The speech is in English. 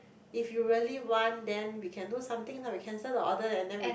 if you really want then we can do something lah we cancel the order and then we